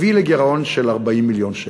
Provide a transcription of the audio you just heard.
הביא לגירעון של 40 מיליון שקל.